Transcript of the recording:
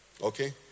Okay